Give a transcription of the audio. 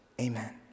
Amen